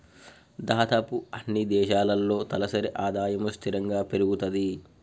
దాదాపుగా అన్నీ దేశాల్లో తలసరి ఆదాయము స్థిరంగా పెరుగుతది